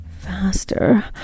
faster